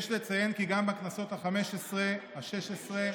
יש לציין כי גם בכנסות החמש-עשרה, השש-עשרה,